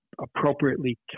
appropriately